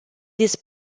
these